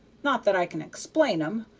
not that i can explain em,